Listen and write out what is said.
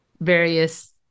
Various